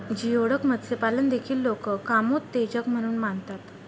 geoduck मत्स्यपालन देखील लोक कामोत्तेजक म्हणून मानतात